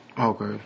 Okay